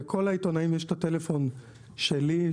לכל העיתונאים יש את הטלפון שלי,